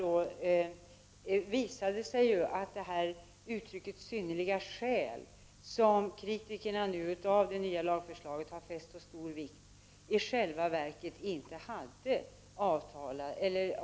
Det visade sig att uttrycket ”synnerliga skäl”, som kritikerna av det nya lagförslaget hade fäst stor vikt vid, i själva verket inte hade avsedd effekt.